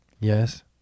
Yes